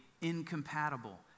incompatible